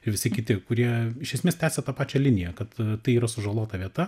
ir visi kiti kurie iš esmės tęsia tą pačią liniją kad tai yra sužalota vieta